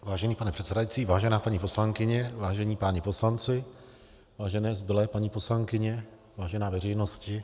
Vážený pane předsedající, vážená paní poslankyně, vážení páni poslanci, vážené zbylé paní poslankyně, vážená veřejnosti.